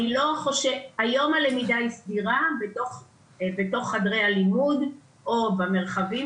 היום הלמידה היא סבירה בתוך חדרי הלימוד או במרחבים